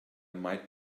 might